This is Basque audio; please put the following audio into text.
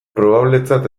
probabletzat